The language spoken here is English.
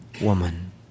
woman